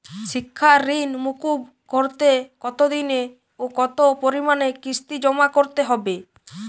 শিক্ষার ঋণ মুকুব করতে কতোদিনে ও কতো পরিমাণে কিস্তি জমা করতে হবে?